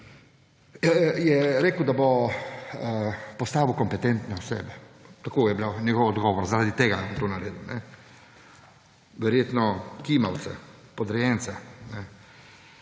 Rekel je, da bo postavil kompetentne osebe, tak je bil njegov odgovor, zaradi tega je to naredil. Verjetno kimavce, podrejence.